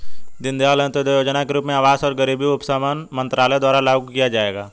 दीनदयाल अंत्योदय योजना के रूप में आवास और गरीबी उपशमन मंत्रालय द्वारा लागू किया जाएगा